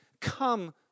come